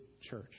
church